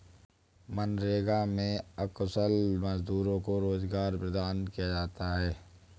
मनरेगा में अकुशल मजदूरों को रोजगार प्रदान किया जाता है